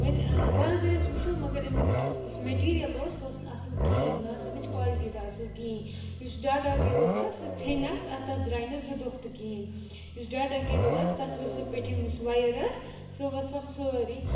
وۄنۍ وۄنۍ اگر أسۍ وٕچھو مگر أمیُک یُس میٚٹیٖریَل اوس سُہ اوس نہٕ اَصٕل کِہیٖنۍ نہ ٲس اَمِچ کالٹی تہِ اَصٕل کِہیٖنۍ یُس ڈاٹا کیبٕل ٲس سُہ ژھیٚنۍ اَتھ تَتھ تَتھ درٛاے نہٕ زٕ دۄہ تہِ کِہیٖنۍ یُس ڈاٹا کیبٕل ٲس تَتھ ؤژھ سُہ پیٚٹھِم یُس وایَر ٲس سُہ ؤژھ تَتھ سٲرٕے